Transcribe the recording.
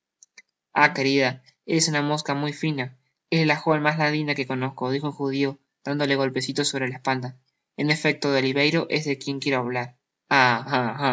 querida eres una mosca muy fina eres la joven mas ladina que conozco dijo el judio dándole golpecilos sobre la espalda en efecto de oliverio es de quien quiero hablar